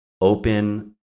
open